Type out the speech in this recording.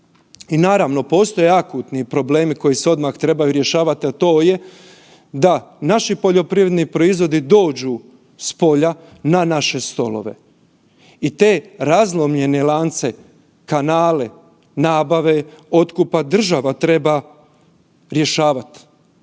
i naravno postoje akutni problemi koji se odmah trebaju rješavati, a to je da naši poljoprivredni proizvodi dođu s polja na naše stolove. I te razlomljene lance, kanale nabave otkupa država treba rješavat,